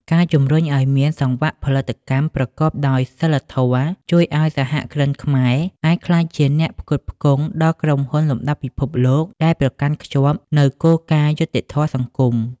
ការជំរុញឱ្យមាន "សង្វាក់ផលិតកម្មប្រកបដោយសីលធម៌" ជួយឱ្យសហគ្រិនខ្មែរអាចក្លាយជាអ្នកផ្គត់ផ្គង់ដល់ក្រុមហ៊ុនលំដាប់ពិភពលោក ដែលប្រកាន់ខ្ជាប់នូវគោលការណ៍យុត្តិធម៌សង្គម។